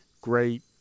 great